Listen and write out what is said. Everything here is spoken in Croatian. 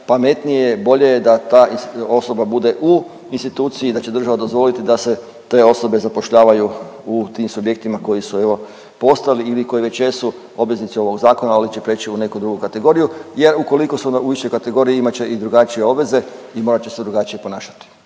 pametnije je, bolje je da ta osoba bude u instituciji, da će država dozvoliti da se te osobe zapošljavaju u tim subjektima koji su evo postali ili koji već jesu obveznici ovog zakona ali će prijeći u neku drugu kategoriju jer ukoliko su u višljoj kategoriji imat će i drugačije obveze i morat će se drugačije ponašati,